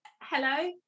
Hello